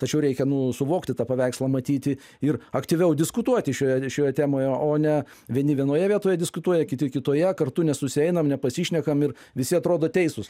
tačiau reikia nu suvokti tą paveikslą matyti ir aktyviau diskutuoti šioje šioje temoje o ne vieni vienoje vietoje diskutuoja kiti kitoje kartu nesusieinam nepasišnekam ir visi atrodo teisūs